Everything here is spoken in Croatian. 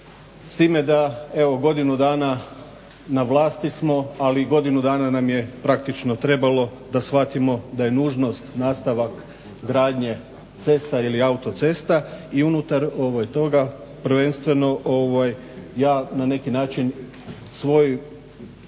s time da evo godinu dana na vlasti smo, ali godinu dana nam je praktički trebalo da shvatimo da je nužnost nastavak gradnje cesta ili autocesta i unutar toga prvenstveno ja na neki način svoju